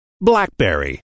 BlackBerry